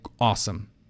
awesome